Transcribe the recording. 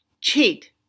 cheat